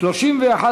2 נתקבלו.